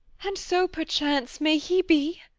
and so perchance may he be.